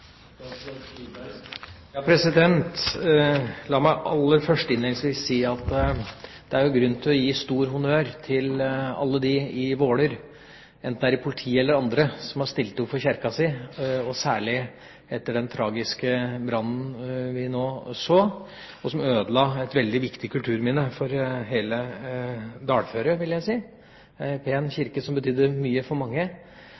La meg innledningsvis si at det er grunn til å gi stor honnør til alle de i Våler – enten det er politiet eller andre – som har stilt opp for kirken sin, særlig etter den tragiske brannen vi så, som ødela et veldig viktig kulturminne for hele dalføret – vil jeg si